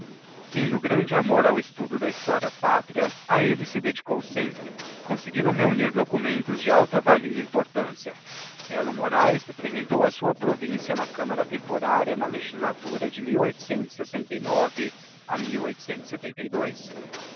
tendo grande amor ao estudo da historia pátria a elle se didicou sempre conseguindo reunir documentos de alta valia e importância mello moraes representou a sua província na camará temporária na legislatura de e ao